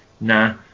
Nah